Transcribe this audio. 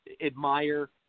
admire